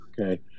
okay